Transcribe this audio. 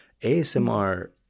asmr